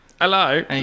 Hello